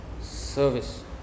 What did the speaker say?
service